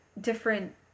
different